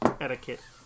etiquette